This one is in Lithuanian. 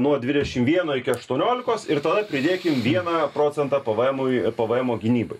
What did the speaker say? nuo dvidešim vieno iki aštuoniolikos ir tada pridėkim vieną procentą pvmui pvmo gynybai